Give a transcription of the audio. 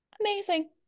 Amazing